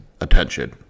attention